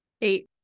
Eight